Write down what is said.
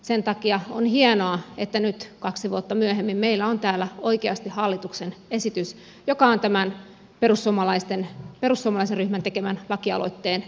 sen takia on hienoa että nyt kaksi vuotta myöhemmin meillä on täällä oikeasti hallituksen esitys joka on tämän perussuomalaisen ryhmän tekemän lakialoitteen mukainen